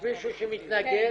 יש מישהו שמתנגד?